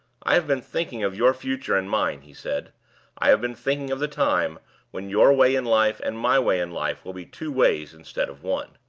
i have been thinking of your future and mine, he said i have been thinking of the time when your way in life and my way in life will be two ways instead of one.